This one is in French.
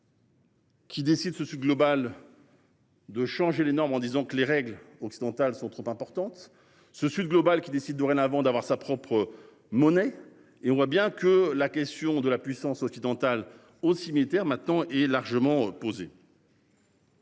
Qui décide ce ce global. De changer les normes en disant que les règles occidentales sont trop importantes, ce Sud global qui décide dorénavant d'avoir sa propre monnaie et on voit bien que la question de la puissance occidentale aussi militaire maintenant est largement posée.